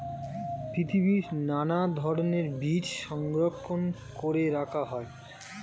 পৃথিবীর নানা ধরণের বীজ সংরক্ষণ করে রাখা হয়